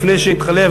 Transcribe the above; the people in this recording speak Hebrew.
לפני שאתחלף,